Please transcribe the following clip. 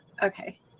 Okay